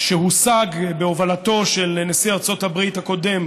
שהושג בהובלתו של נשיא ארצות הברית הקודם